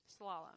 Slalom